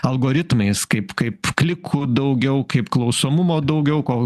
algoritmais kaip kaip klikų daugiau kaip klausomumo daugiau ko